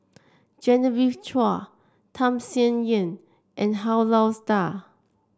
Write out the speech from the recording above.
Genevieve Chua Tham Sien Yen and Han Lao Da